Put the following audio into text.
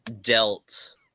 dealt